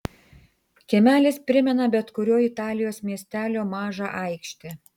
kiemelis primena bet kurio italijos miestelio mažą aikštę